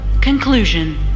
Conclusion